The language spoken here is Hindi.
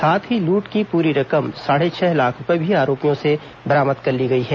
साथ ही लूट की पूरी रकम साढ़े छह लाख रूपये भी आरोपियों से बरामद कर ली गई है